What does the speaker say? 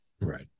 Right